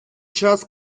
час